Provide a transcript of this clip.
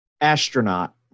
astronaut